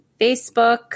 Facebook